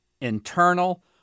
internal